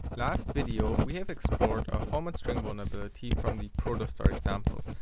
last video we have explored a format string vulnerability from the protostar examples,